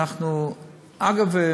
אגב,